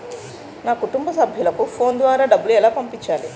నా కుటుంబ సభ్యులకు ఫోన్ ద్వారా డబ్బులు ఎలా పంపించాలి?